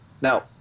Now